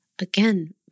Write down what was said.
again